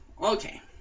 Okay